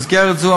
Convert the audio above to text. במסגרת זו,